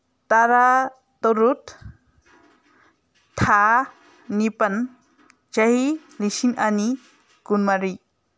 ꯇꯔꯥꯇꯔꯨꯛ ꯊꯥ ꯅꯤꯄꯥꯟ ꯆꯍꯤ ꯂꯤꯁꯤꯡ ꯑꯅꯤ ꯀꯨꯟꯃꯔꯤ